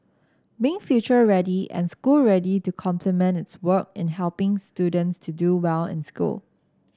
being future ready and school ready to complement its work in helping students to do well in school